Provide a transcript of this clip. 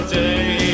day